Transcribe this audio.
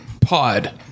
pod